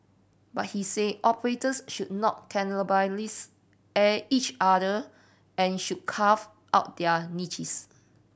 but he said operators should not cannibalise each other and should carve out their niches